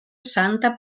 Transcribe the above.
santa